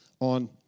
on